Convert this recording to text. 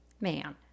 man